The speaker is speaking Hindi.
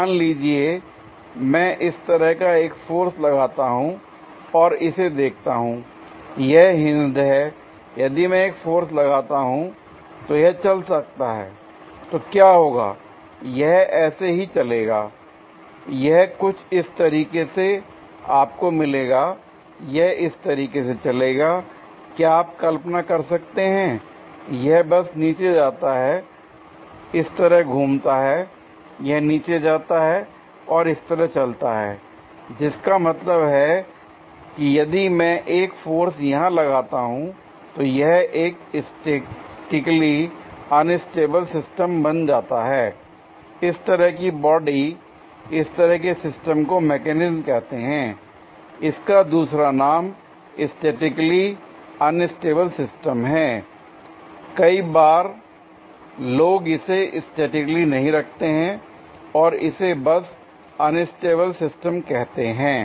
मान लीजिए मैं इस तरह एक फोर्स लगाता हूं और इसे देखता हूं यह हिंजड है यदि मैं एक फोर्स लगाता हूं तो यह चल सकता है l तो क्या होगा यह ऐसे ही चलेगा यह कुछ इस तरीके से आपको मिलेगा यह इस तरीके से चलेगा क्या आप कल्पना कर सकते हैं यह बस नीचे जाता है इस तरह घूमता है यह नीचे जाता है और इस तरह चलता है जिसका मतलब है कि यदि मैं एक फोर्स यहां लगाता हूं तो यह एक स्टैटिकली अनस्टेबल सिस्टम बन जाता है इस तरह की बॉडी इस तरह के सिस्टम को मैकेनिज्म कहते हैं इसका दूसरा नाम स्टैटिकली अनस्टेबल सिस्टम है कई बार लोग इसे स्टैटिकली नहीं रखते हैं और इसे बस अनस्टेबल सिस्टम कहते हैं l